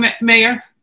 mayor